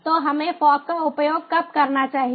तो हमें फॉग का उपयोग कब करना चाहिए